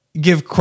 give